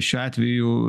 šiuo atveju